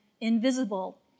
invisible